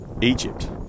Egypt